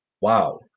wow